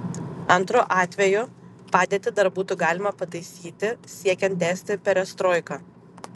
antru atveju padėtį dar būtų galima pataisyti siekiant tęsti perestroiką